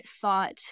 thought